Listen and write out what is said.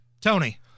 Tony